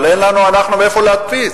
אבל לנו אין מאיפה להדפיס,